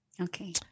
okay